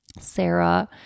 Sarah